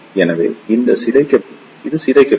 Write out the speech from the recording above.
எனவே இது சிதைக்கப்படும்